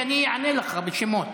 כי אני אענה לך בשמות.